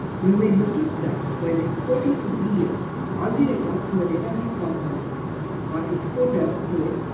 you may notice that while exporting to pdf all the records in the data grid component are exported to it.